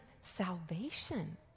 salvation